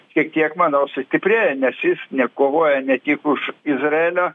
šie tiek manau sustiprėjo nes jis ne kovoja ne tik už izraelio